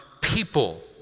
people